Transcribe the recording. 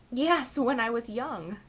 yes, when i was young.